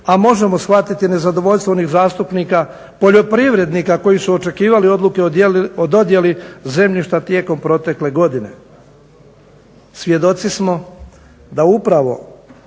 a možemo shvatiti nezadovoljstvo onih zastupnika poljoprivrednika koji su očekivali odluke o dodjeli zemljišta tijekom protekle godine. Svjedoci smo da upravo